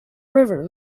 river